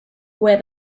where